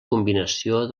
combinació